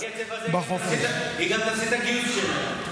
בקצב הזה היא תפסיד גם את הגיוס שלה.